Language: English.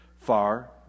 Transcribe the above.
far